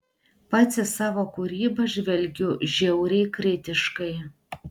pats į savo kūrybą žvelgiu žiauriai kritiškai